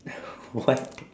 what